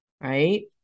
right